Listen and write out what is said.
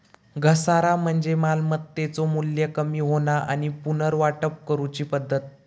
घसारा म्हणजे मालमत्तेचो मू्ल्य कमी होणा आणि पुनर्वाटप करूची पद्धत